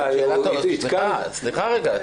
הצהרת קודם לפרוטוקול --- סליחה, רגע.